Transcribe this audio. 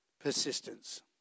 persistence